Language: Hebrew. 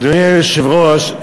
אדוני היושב-ראש,